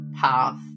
path